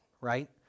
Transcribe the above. right